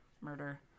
murder